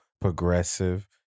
Progressive